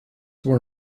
were